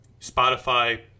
Spotify